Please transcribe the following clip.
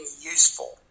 useful